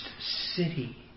city